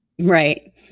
right